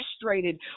frustrated